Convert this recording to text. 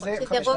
החדשות?